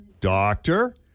doctor